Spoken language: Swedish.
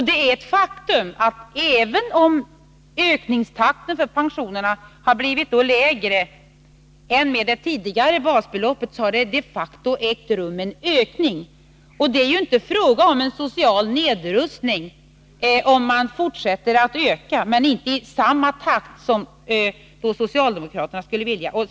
Det är ett faktum att även om ökningstakten för pensionerna har blivit lägre än med det tidigare basbeloppet, har det de facto ägt rum en ökning. Det är ju inte fråga om en social nedrustning om man fortsätter att öka men inte i samma takt som socialdemokraterna skulle vilja.